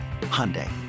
Hyundai